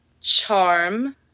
charm